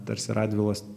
tarsi radvilos